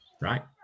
right